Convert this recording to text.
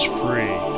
free